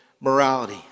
morality